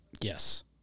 Yes